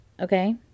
okay